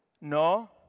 no